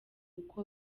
uko